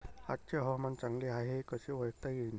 आजचे हवामान चांगले हाये हे कसे ओळखता येईन?